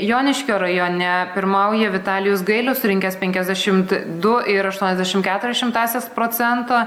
joniškio rajone pirmauja vitalijus gailius surinkęs penkiasdešimt du ir aštuoniasdešimt keturias šimtąsias procento